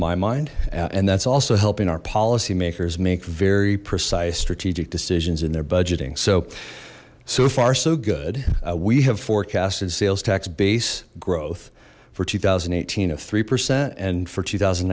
my mind and that's also helping our policy makers make very precise strategic decisions in their budgeting so so far so good we have forecasted sales tax base growth for two thousand and eighteen of three percent and for two thousand